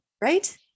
Right